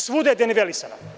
Svuda je denivelisana.